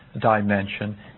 dimension